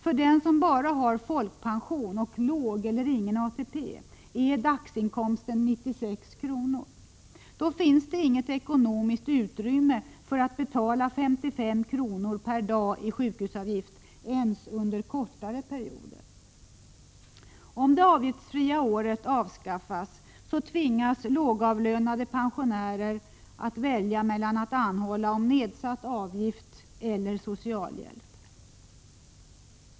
För den som bara har folkpension och låg eller ingen ATP är dagsinkomsten 96 kr. Då finns det inget ekonomiskt utrymme för att betala 55 kr. per dag i sjukhusavgift ens under kortare perioder. Om det avgiftsfria året avskaffas tvingas lågavlönade pensionärer att välja mellan att anhålla om nedsatt avgift eller socialhjälp.